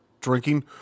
drinking